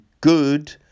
good